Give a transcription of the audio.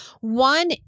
One